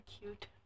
cute